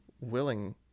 willing